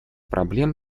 проблем